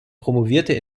promovierte